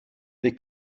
they